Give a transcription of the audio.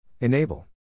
Enable